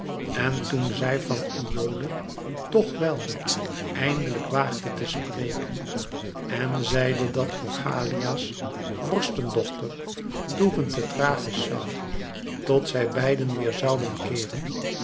en toen zij van iole toch wel eindelijk waagde te spreken en zeide dat oichalia's vorstendochter toeven te thrachis zoû tot zij beiden weêr zouden keeren